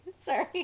Sorry